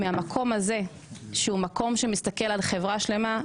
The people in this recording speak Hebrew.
מהמקום הזה שהוא מקום שמסתכל על חברה שלמה,